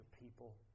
people